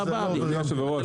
אדוני יושב הראש, אנחנו